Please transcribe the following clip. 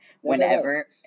Whenever